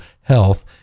health